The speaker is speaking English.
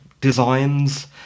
designs